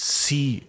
see